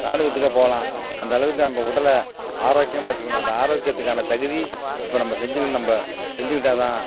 ராணுவத்துக்கோ போகலாம் அந்த அளவுக்கு நம்ம உடலை ஆரோக்கியமாக வெச்சுக்கணும் அந்த ஆரோக்கியத்துக்கான தகுதி இப்போ நம்ம செஞ்சுக்கணும் நம்ம செஞ்சுக்கிட்டால் தான்